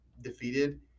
defeated